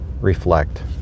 reflect